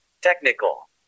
technical